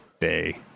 Day